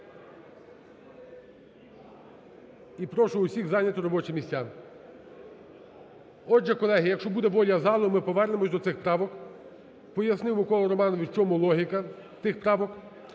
і прошу всіх зайняти робочі місця. Отже, колеги, якщо буде воля залу, ми повернемось до цих правок, пояснив Микола Романович, в чому логіка тих правок.